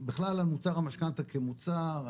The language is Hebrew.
בכלל מוצר המשכנתא כמוצר,